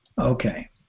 Okay